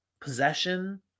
possession